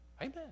Amen